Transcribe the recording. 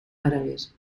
árabes